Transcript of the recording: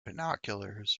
binoculars